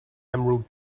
emerald